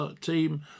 team